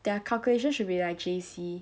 their calculation should be like J_C